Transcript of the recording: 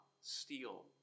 steal